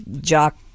jock